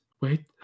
Wait